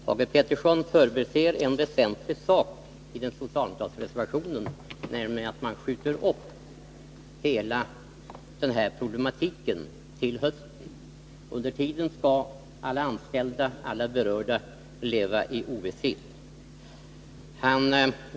Fru talman! Thage Peterson förbiser en väsentlig sak i den socialdemokratiska reservationen, nämligen att man där skjuter upp hela problematiken till hösten. Under tiden skall alla anställda och övriga berörda leva i ovisshet.